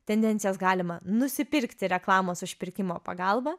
tendencijas galima nusipirkti reklamos užpirkimo pagalba